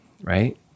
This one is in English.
right